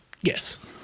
Yes